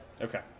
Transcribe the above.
Okay